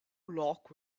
lock